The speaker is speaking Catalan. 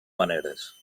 maneres